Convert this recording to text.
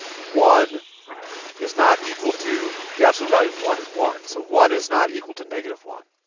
one is not equal to the absolute value of one is one, so one is not equal to negative one.